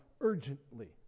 urgently